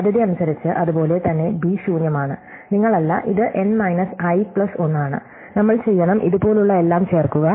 സാധ്യതയനുസരിച്ച് അതുപോലെ തന്നെ ബി ശൂന്യമാണ് നിങ്ങൾ അല്ല ഇത് n മൈനസ് ഐ പ്ലസ് 1 ആണ് നമ്മൾ ചെയ്യണം ഇതുപോലുള്ള എല്ലാം ചേർക്കുക